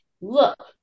look